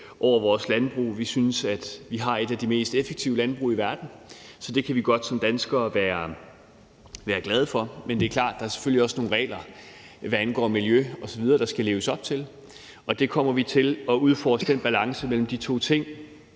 over vores landbrug. Vi synes, at vi har et af de mest effektive landbrug i verden, så det kan vi godt som danskere være glade for. Men det er klart, at der selvfølgelig også er nogle regler, hvad angår miljø osv., der skal leves op til, og i udvalgsbehandlingen kommer vi til at udforske balancen mellem de to ting